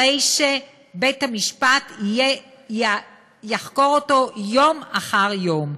הרי שבית-המשפט יחקור אותו יום אחר יום,